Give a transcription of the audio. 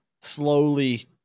slowly